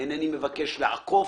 אינני מבקש לעקוף,